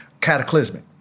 cataclysmic